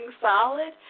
solid